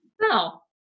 No